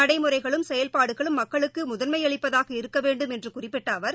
நடைமுறைகளும் செயல்பாடுகளும் மக்களுக்கு முதன்மை அளிப்பதாக இருக்க வேண்டும் என்று குறிப்பிட்ட அவர்